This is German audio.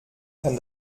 kann